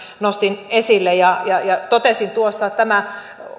nostin esille ja ja totesin tuossa että tämä